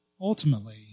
Ultimately